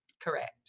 correct